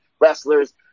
wrestlers